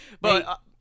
But-